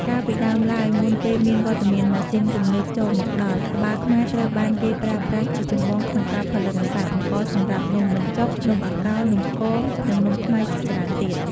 កាលពីដើមឡើយ មុនពេលមានវត្តមានម៉ាស៊ីនទំនើបចូលមកដល់ ត្បាល់ខ្មែរត្រូវបានគេប្រើប្រាស់ជាចម្បងក្នុងការផលិតម្សៅអង្ករសម្រាប់នំបញ្ចុក នំអាកោ នំគម និងនំខ្មែរជាច្រើនទៀត។